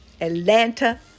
Atlanta